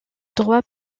droit